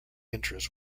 interest